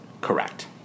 Correct